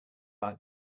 like